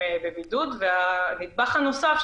אבל בסופו של דבר,